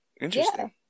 interesting